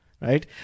right